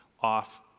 off